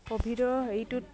কোভিডৰ হেৰিটোত